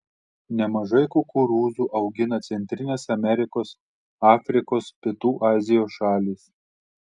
nemažai kukurūzų augina centrinės amerikos afrikos pietų azijos šalys